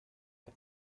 for